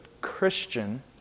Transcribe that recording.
Christian